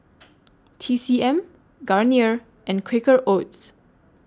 T C M Garnier and Quaker Oats